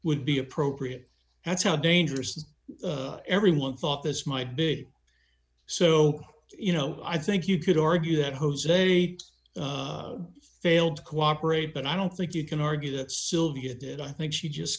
would be appropriate that's how dangerous this everyone thought this might be so you know i think you could argue that jose failed to cooperate but i don't think you can argue that sylvia did i think she just